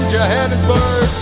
Johannesburg